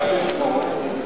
רק בשמו.